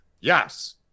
yes